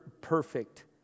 perfect